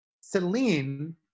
Celine